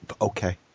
Okay